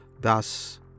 thus